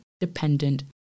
dependent